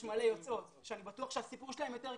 יש מלא יוצאות שאני בטוח שהסיפור שלהן יותר קשה.